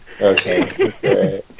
okay